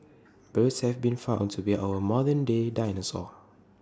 birds have been found to be our modern day dinosaurs